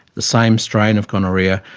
the same strain of gonorrhoea,